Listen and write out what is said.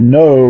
no